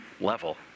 level